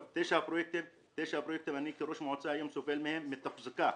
תשעה פרויקטים שאני כיום כראש מועצה סובל מהם בגלל התחזוקה.